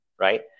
right